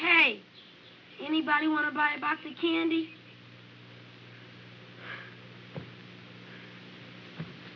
hey anybody want to buy a box of candy